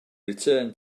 return